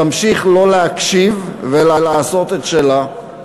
תמשיך לא להקשיב, ולעשות את שלה,